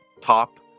top